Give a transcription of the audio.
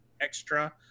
extra